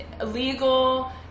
illegal